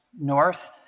north